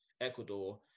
Ecuador